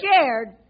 Scared